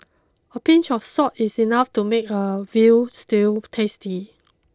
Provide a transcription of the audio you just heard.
a pinch of salt is enough to make a veal stew tasty